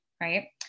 right